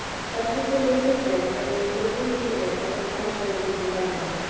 such is the description that may safely be given of the french ladies in general.